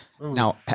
Now